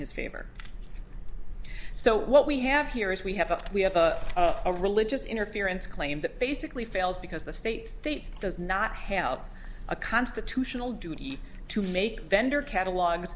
his favor so what we have here is we have a we have a religious interference claim that basically fails because the state states does not have a constitutional duty to make vendor catalog